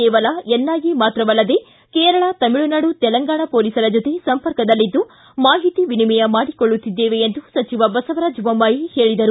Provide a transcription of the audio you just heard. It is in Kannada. ಕೇವಲ ಎನ್ಐಎ ಮಾತ್ರವಲ್ಲದೇ ಕೇರಳ ತಮಿಳುನಾಡು ತೆಲಂಗಾಣ ಪೊಲೀಸರ ಜೊತೆ ಸಂಪರ್ಕದಲ್ಲಿದ್ದು ಮಾಹಿತಿ ವಿನಿಮಯ ಮಾಡಿಕೊಳ್ಳುತ್ತಿದ್ದೇವೆ ಎಂದು ಸಚಿವ ಬಸವರಾಜ ಬೊಮ್ಮಾಯಿ ಹೇಳಿದರು